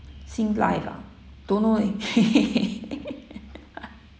Singlife ah don't know leh